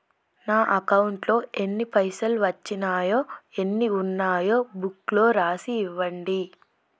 నా అకౌంట్లో ఎన్ని పైసలు వచ్చినాయో ఎన్ని ఉన్నాయో బుక్ లో రాసి ఇవ్వండి?